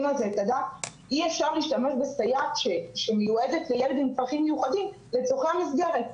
אי-אפשר להשתמש בסייעת שמיועדת לילד עם צרכים מיוחדים לצורכי המסגרת.